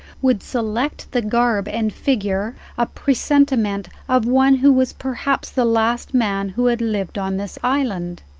would select the garb and figure a presentment of one who was perhaps the last man who had lived on this island.